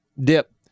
dip